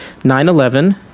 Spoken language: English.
9-11